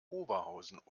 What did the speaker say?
oberhausen